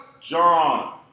John